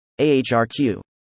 AHRQ